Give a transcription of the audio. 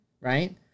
right